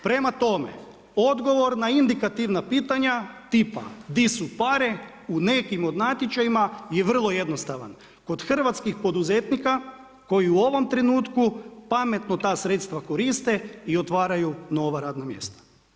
Prema tome, odgovor na indikativna tipa di su pare u nekim od natječajima je vrlo jednostavan, kod hrvatskih poduzetnika koji u ovom trenutku pametno ta sredstva koriste i otvaraju nova radna mjesta.